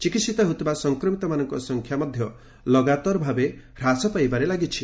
ଚିକିିିିତ ହେଉଥିବା ସଂକ୍ରମିତମାନଙ୍କ ସଂଖ୍ୟା ମଧ୍ୟ ଲଗାତାର ଭାବେ ହ୍ରାସ ପାଇବାରେ ଲାଗିଛି